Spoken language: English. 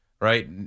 right